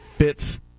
fits